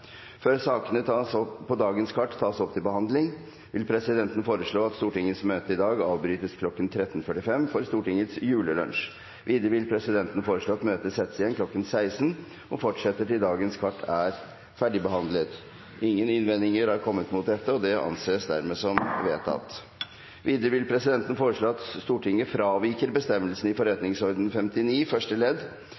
Før sakene på dagens kart tas opp til behandling, vil presidenten foreslå at Stortingets møte i dag avbrytes kl. 13.45 for Stortingets julelunsj. Videre vil presidenten foreslå at møtet settes igjen kl. 16.00 og fortsetter til dagens kart er ferdigbehandlet. – Ingen innvendinger er kommet mot det, og det anses vedtatt. Videre vil presidenten foreslå at Stortinget fraviker bestemmelsen i